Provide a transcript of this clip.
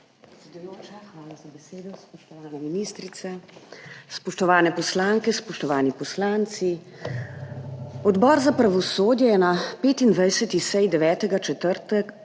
hvala za besedo. Spoštovana ministrica, spoštovane poslanke, spoštovani poslanci! Odbor za pravosodje je na 25.